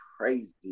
crazy